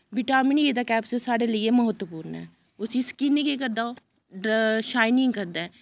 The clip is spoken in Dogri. बिटामिन ई दा कैप्सूल साढ़े लेई महत्त्वपूर्ण ऐ उस्सी स्किन केह् करदा ओह् शाइनिंग करदा ऐ